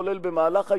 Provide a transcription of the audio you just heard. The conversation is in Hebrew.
כולל במהלך הישיבה,